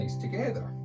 together